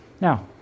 Now